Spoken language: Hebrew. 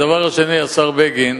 הדבר השני, השר בגין,